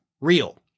real